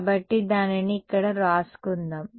కాబట్టి దానిని ఇక్కడ వ్రాసుకుందాం